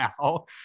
now